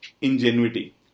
ingenuity